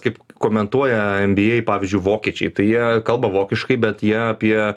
kaip komentuoja nba pavyzdžiui vokiečiai tai jie kalba vokiškai bet jie apie